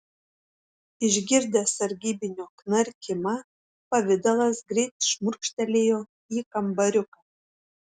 išgirdęs sargybinio knarkimą pavidalas greit šmurkštelėjo į kambariuką